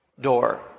door